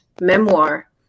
memoir